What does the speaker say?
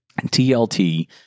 TLT